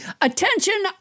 attention